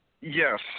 Yes